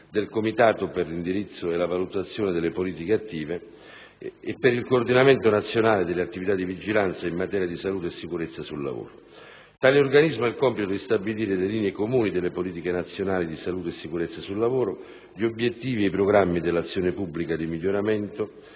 del Comitato per l'indirizzo e la valutazione delle politiche attive e per il coordinamento nazionale delle attività di vigilanza in materia di salute e sicurezza sul lavoro. Tale organismo ha il compito di stabilire le linee comuni delle politiche nazionali di salute e sicurezza sul lavoro, gli obiettivi e i programmi dell'azione pubblica di miglioramento,